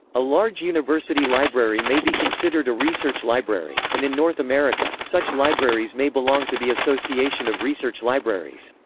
a large university library may be considered a research library and in north america, such libraries may belong to the association of research libraries.